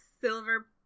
silver